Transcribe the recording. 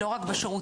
לא רק בשירותים,